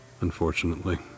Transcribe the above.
Unfortunately